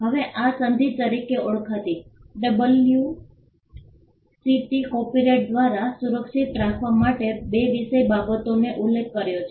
હવે આ સંધિ તરીકે પણ ઓળખાતી ડબ્લ્યુસીટી કોપિરાઇટ દ્વારા સુરક્ષિત રાખવા માટે બે વિષય બાબતોનો ઉલ્લેખ કરે છે